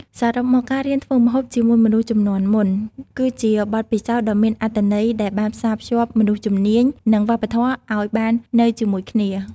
សរុបមក ការរៀនធ្វើម្ហូបជាមួយមនុស្សជំនាន់មុនគឺជាបទពិសោធន៍ដ៏មានអត្ថន័យដែលបានផ្សារភ្ជាប់មនុស្សជំនាញ និងវប្បធម៌ឱ្យបាននៅជាមួយគ្នា។